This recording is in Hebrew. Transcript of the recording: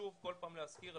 חשוב כל פעם להזכיר,